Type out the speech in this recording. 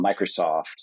Microsoft